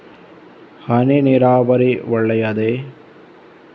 ಹನಿ ನೀರಾವರಿ ಒಳ್ಳೆಯದೇ?